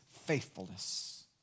faithfulness